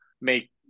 make